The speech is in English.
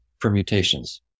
permutations